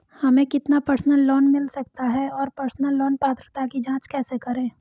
हमें कितना personal loan मिल सकता है और पर्सनल लोन पात्रता की जांच कैसे करें?